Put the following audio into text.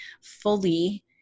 fully